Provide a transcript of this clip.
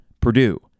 Purdue